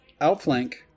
outflank